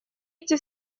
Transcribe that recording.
эти